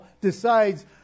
decides